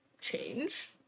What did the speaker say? change